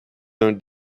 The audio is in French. d’un